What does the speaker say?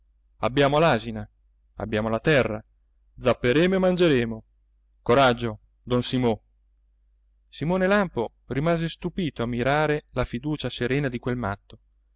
abbiamo l'asina abbiamo la terra zapperemo e mangeremo coraggio don simo simone lampo rimase stupito a mirare la fiducia serena di quel matto